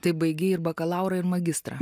tai baigei ir bakalaurą ir magistrą